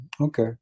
Okay